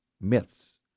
Myths